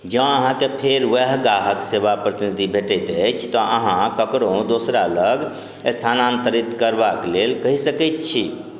जँ अहाँके फेर वएह गाहक सेवा प्रतिनिधि भेटैत अछि तऽ अहाँ ककरो दोसरा लग स्थानान्तरित करबाक लेल कहि सकैत छी